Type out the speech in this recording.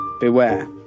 beware